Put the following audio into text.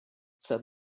said